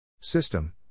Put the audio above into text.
System